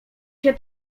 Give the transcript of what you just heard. się